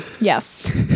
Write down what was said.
yes